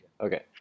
Okay